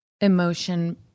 emotion